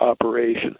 operation